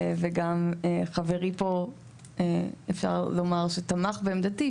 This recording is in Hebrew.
וגם חברי פה אפשר לומר שתמך בעמדתי,